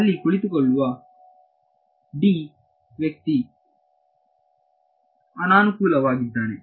ಅಲ್ಲಿ ಕುಳಿತುಕೊಳ್ಳುವ ವ್ಯಕ್ತಿ ಅನಾನುಕೂಲವಾಗಿದ್ದಾನೆ